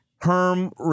Herm